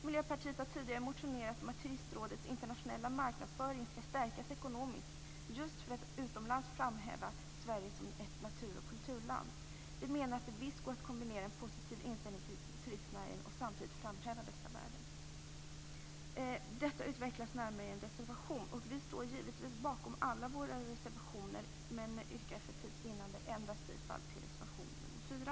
Miljöpartiet har tidigare motionerat om att Turistrådets internationella marknadsföring skall stärkas ekonomiskt, just för att utomlands framhäva Sverige som ett natur och kulturland. Vi menar att det visst går att kombinera en positiv inställning till turistnäring och samtidigt framhäva dessa värden. Detta utvecklas närmare i en reservation. Vi står givetvis bakom alla våra reservationer, men yrkar för tids vinnande bifall endast till reservation nr 4.